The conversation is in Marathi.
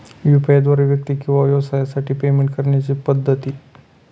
यू.पी.आय द्वारे व्यक्ती किंवा व्यवसायांसाठी पेमेंट करण्याच्या पद्धती